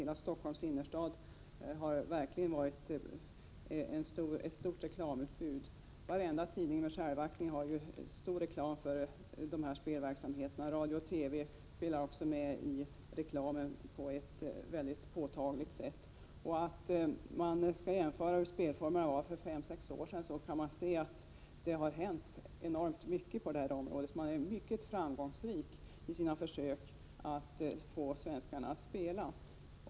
Hela Stockholms innerstad har haft ett stort reklamutbud. Varenda tidning med självaktning har ju mycket reklam för dessa spelverksamheter. Även radio och TV spelar också med i reklamen mycket påtagligt. Om man jämför hur spelformerna var för fem sex år sedan kan man se att det har hänt enormt mycket på detta område. Försöken att få svenskarna att spela har varit mycket framgångsrika.